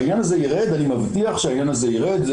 העניין הזה ירד, אני מבטיח שהעניין הזה ירד.